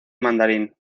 mandarín